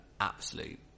absolute